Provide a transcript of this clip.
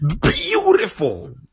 beautiful